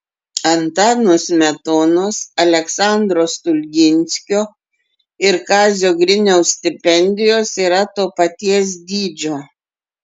antano smetonos aleksandro stulginskio ir kazio griniaus stipendijos yra to paties dydžio